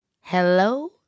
hello